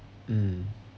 mm